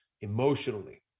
emotionally